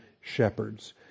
shepherds